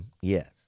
yes